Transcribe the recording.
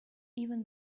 even